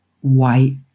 white